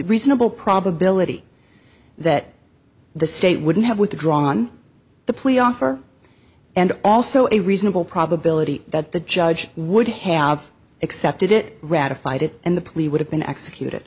reasonable probability that the state wouldn't have withdrawn the plea offer and also a reasonable probability that the judge would have accepted it ratified it and the plea would have been executed